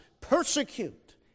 persecute